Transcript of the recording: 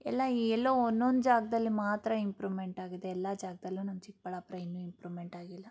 ಎಲ್ಲ ಈ ಎಲ್ಲೋ ಒಂದೊಂದು ಜಾಗದಲ್ಲಿ ಮಾತ್ರ ಇಂಪ್ರೂಮೆಂಟಾಗಿದೆ ಎಲ್ಲ ಜಾಗದಲ್ಲೂ ನಮ್ಮ ಚಿಕ್ಕಬಳ್ಳಾಪುರ ಇನ್ನೂ ಇಂಪ್ರೂಮೆಂಟ್ ಆಗಿಲ್ಲ